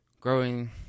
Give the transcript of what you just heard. growing –